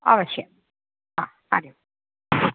अवश्य आर्य